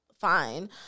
fine